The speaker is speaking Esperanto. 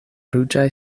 ruĝaj